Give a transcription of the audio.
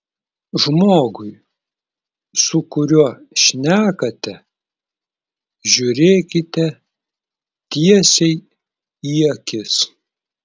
žmogui su kuriuo šnekate žiūrėkite tiesiai į akis